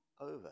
over